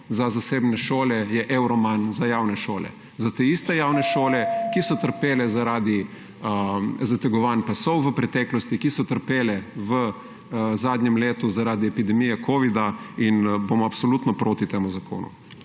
za zasebne šole je evro manj za javne šole, za te iste javne šole, ki so trpele zaradi zategovanj pasov v preteklosti, ki so trpele v zadnjem letu zaradi epidemije covida, in bomo absolutno proti temu zakonu.